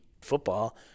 football